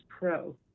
Pro